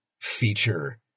feature